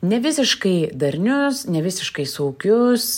nevisiškai darnius nevisiškai saugius